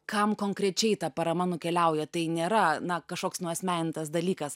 kam konkrečiai ta parama nukeliauja tai nėra na kažkoks nuasmenintas dalykas